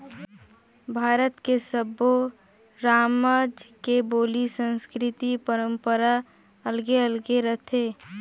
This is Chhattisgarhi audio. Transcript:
भारत के सब्बो रामज के बोली, संस्कृति, परंपरा अलगे अलगे रथे